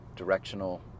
Directional